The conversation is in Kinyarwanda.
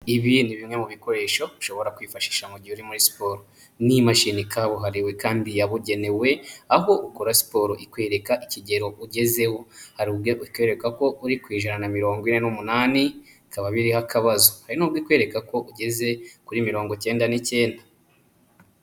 Ibi ni bimwe mu bikoresho ushobora kwifashisha mu gihe uri muri siporo n'imashini kabuhariwe kandi yabugenewe, aho ukora siporo ikwereka ikigero ugezeho. Hari ubwo ikwereka ko uri ku ijana na mirongo ine n'umunani, bikaba biriho akabazo. Hari n'ubwo ikwereka ko ugeze kuri mirongo icyenda n'icyenda.